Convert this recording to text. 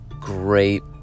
great